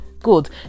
good